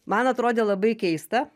man atrodė labai keista